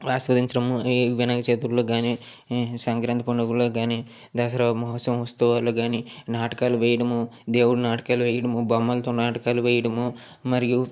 ఆస్వాదించడం ఈ వినాయక చతుర్లకు కానీ సంక్రాంతి పండుగలకు కానీ దసరా మహోత్సవ ఉత్సవాలకు కానీ నాటకాలు వేయడము దేవుడు నాటకాలు వేయడము బొమ్మలతో నాటకాలు వేయడము మరియు